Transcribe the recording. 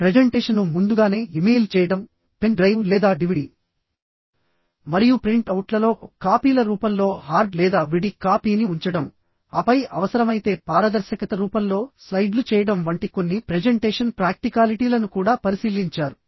ప్రెజెంటేషన్ను ముందుగానే ఇమెయిల్ చేయడం pen drive లేదా డివిడి మరియు ప్రింట్ అవుట్లలో కాపీల రూపంలో హార్డ్ లేదా విడి కాపీని ఉంచడం ఆపై అవసరమైతే పారదర్శకత రూపంలో స్లైడ్లు చేయడం వంటి కొన్ని ప్రెజెంటేషన్ ప్రాక్టికాలిటీలను కూడా పరిశీలించారు